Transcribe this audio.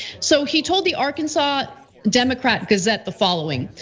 so, he told the arkansas democrat gazette the following.